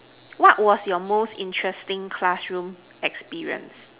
what was your most interesting classroom experience